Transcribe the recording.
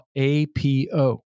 APO